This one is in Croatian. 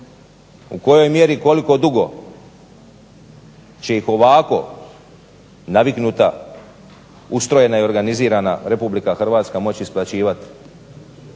u kojoj mjeri i koliko dugo će ih ovako naviknuta ustrojena i organizirana RH moći isplaćivati.